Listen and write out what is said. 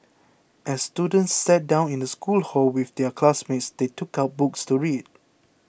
as students sat down in the school hall with their classmates they took out books to read